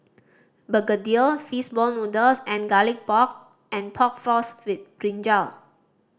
Begedil ball noodles and Garlic Pork and Pork Floss with brinjal